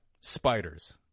Spiders